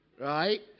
Right